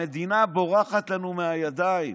המדינה בורחת לנו מהידיים.